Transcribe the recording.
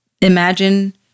Imagine